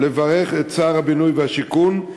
לברך את שר הבינוי והשיכון.